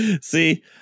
See